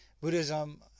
Buddhism